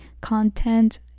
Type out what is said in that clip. content